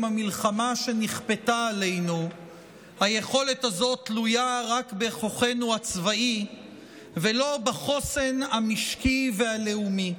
המלחמה שנכפתה עלינו תלויה רק בכוחנו הצבאי ולא בחוסן המשקי והלאומי.